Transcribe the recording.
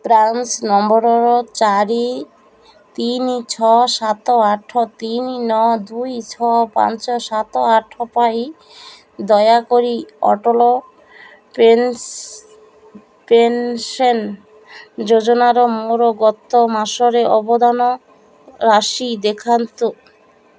PRAN number ଚାରି ତିନି ଛଅ ସାତ ଆଠ ତିନି ନଅ ଦୁଇ ଛଅ ପାଞ୍ଚ ସାତ ଆଠ ପାଇଁ ଦୟାକରି ଅଟଳ ପେନ୍ସନ୍ ଯୋଜନାରେ ମୋର ଗତ ମାସରେ ଅବଦାନ ରାଶି ଦେଖାନ୍ତୁ